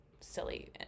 silly